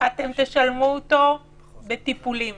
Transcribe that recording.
תשלמו אותו בטיפולים.